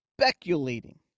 speculating